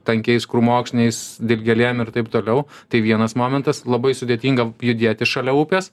tankiais krūmokšniais dilgėlėm ir taip toliau tai vienas momentas labai sudėtinga judėti šalia upės